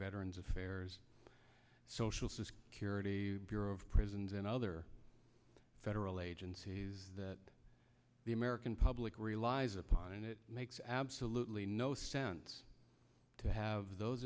veterans affairs social security bureau of prisons and other federal agencies that the american public relies upon and it makes absolutely no sense to have those